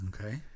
Okay